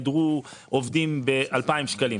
שבו נעדרו עובדים ב-2,000 שקלים,